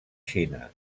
xina